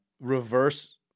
reverse